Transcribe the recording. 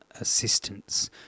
assistance